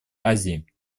азии